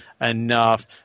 enough